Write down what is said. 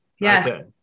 Yes